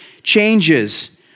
changes